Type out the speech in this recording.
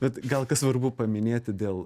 bet gal kas svarbu paminėti dėl